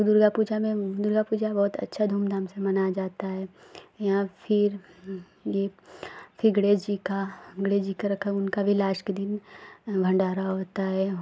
दुर्गा पूजा में दुर्गा पूजा बहुत अच्छी धूमधाम से मनाई जाती है यहाँ फिर एक फिर गणेश जी का गणेश जी का रखा उनका भी लास्ट के दिन भण्डारा होता है